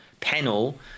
panel